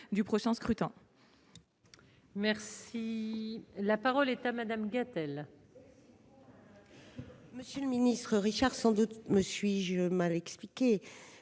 Merci, la parole est à Madame Gatel.